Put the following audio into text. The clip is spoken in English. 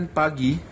pagi